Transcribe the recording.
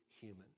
human